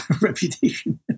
reputation